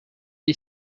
est